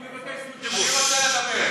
אני מבקש זכות דיבור.